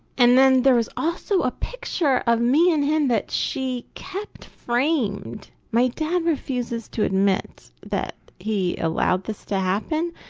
and then there was also a picture of me and him that she kept framed, my dad refuses to admit that he allowed this to happen,